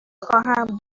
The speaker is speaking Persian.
خواهم